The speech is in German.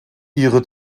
ihre